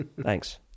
Thanks